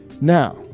Now